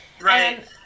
Right